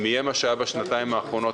אם יהיה מה שהיה בשנתיים האחרונות,